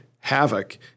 havoc